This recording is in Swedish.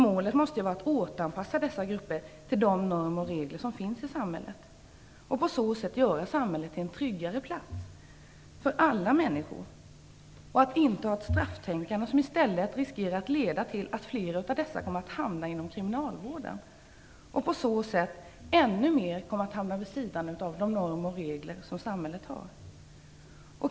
Målet måste vara att återanpassa dessa människor till de normer och regler som finns i samhället och på så sätt göra samhället till en tryggare plats för alla människor, inte ha ett strafftänkande som i stället riskerar att leda till att flera av dessa kommer att hamna inom kriminalvården och på så sätt ännu mer kommer att hamna vid sidan av de normer och regler som samhället har.